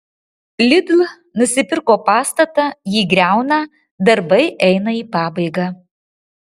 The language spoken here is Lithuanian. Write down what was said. lidl nusipirko pastatą jį griauna darbai eina į pabaigą